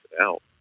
out